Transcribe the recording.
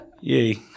Yay